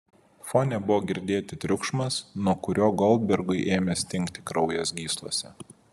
fone buvo girdėti triukšmas nuo kurio goldbergui ėmė stingti kraujas gyslose